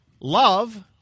love